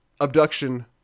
Abduction